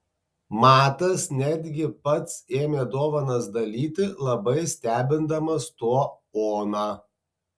matas netgi pats ėmė dovanas dalyti labai stebindamas tuo oną